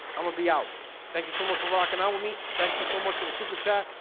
i'm gonna be out. thank you so much for rockin out with me thank you so much for the super chat.